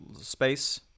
space